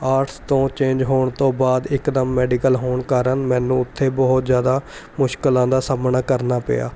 arts ਤੋਂ change ਹੋਣ ਤੋਂ ਬਾਅਦ ਇਕਦਮ ਮੈਡੀਕਲ ਹੋਣ ਕਾਰਨ ਮੈਨੂੰ ਉੱਥੇ ਬਹੁਤ ਜ਼ਿਆਦਾ ਮੁਸ਼ਕਲਾਂ ਦਾ ਸਾਹਮਣਾ ਕਰਨਾ ਪਿਆ